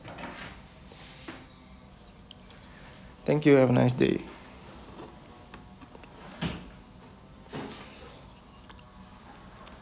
thank you have a nice day